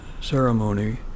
ceremony